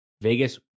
Vegas